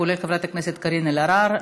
כולל חברת הכנסת קארין אלהרר,